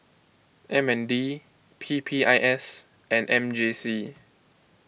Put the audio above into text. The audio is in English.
M N D P P I S and M J C